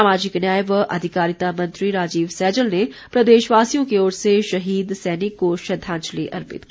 सामाजिक न्याय व अधिकारिता मंत्री राजीव सैजल ने प्रदेशवासियों की ओर से शहीद सैनिक को श्रद्वांजलि अर्पित की